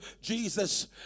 jesus